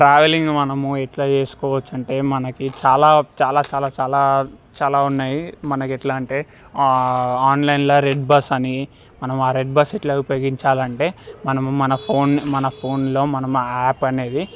travelling మనము ఎట్లా చేసుకోవచ్చు అంటే మనకి చాలా చాలా చాలా చాలా చాలా ఉన్నాయి మనకు ఎట్లా అంటే ఆన్లైన్లో రెడ్ బస్ అని మనము ఆ రెడ్ బస్ ఎట్లాగా ఉపయోగించాలి అంటే మనము మన ఫోన్ మన ఫోన్లో మనము ఆ యాప్ అనేది